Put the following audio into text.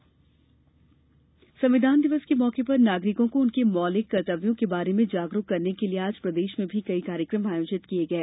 संविधान दिवस प्रदेश संविधान दिवस पर नागरिकों को उनके मौलिक कर्तव्यों के बारे में जागरूक करने के लिए आज प्रदेश में भी कई कार्यक्रम आयोजित किए गए